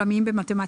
לנמק?